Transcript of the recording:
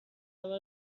همه